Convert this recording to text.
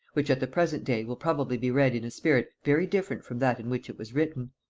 which at the present day will probably be read in a spirit very different from that in which it was written.